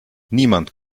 niemand